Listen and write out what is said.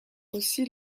aussi